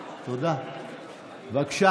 תגיד,